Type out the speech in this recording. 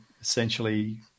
essentially